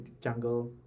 jungle